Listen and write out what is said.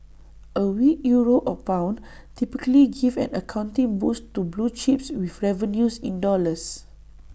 A weak euro or pound typically give an accounting boost to blue chips with revenues in dollars